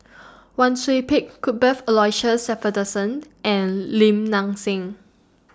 Wang Sui Pick Cuthbert Aloysius Shepherdson and Lim Nang Seng